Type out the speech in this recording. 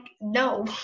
no